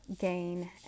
gain